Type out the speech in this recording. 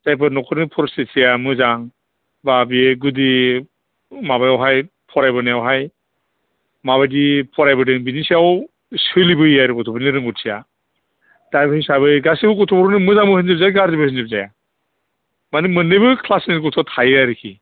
जायफोर न'खरनि फरिस्थिथिआ मोजां बा बेयो गुदि माबायावहाय फरायबोनायावहाय माबायदि फरायबोदों बेनि सायाव सोलिबोयो आरो गथ'फोरनि रोंगौथिया दा बे हिसाबै गासैबो गथ'फोरखौ मोजांबो होनजोबजाया गाज्रिबो होनजोबजाया माने मोननैबो क्लासनि गथ' थायो आरोखि